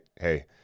hey